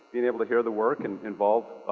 being able to hear the work and involved.